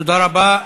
תודה רבה.